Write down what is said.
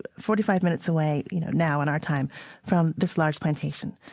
forty five minutes away you know now in our time from this large plantation.